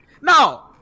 no